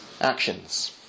actions